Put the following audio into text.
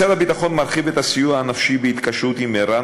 משרד הביטחון מרחיב את הסיוע הנפשי בהתקשרות עם ער"ן,